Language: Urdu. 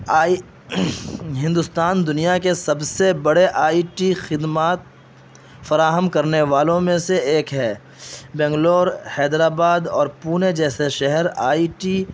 آئی ہندوستان دنیا کے سب سے بڑے آئی ٹی خدمات فراہم کرنے والوں میں سے ایک ہے بنگلور حیدرآباد اور پونے جیسے شہر آئی ٹی